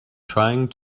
trying